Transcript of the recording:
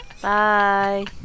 Bye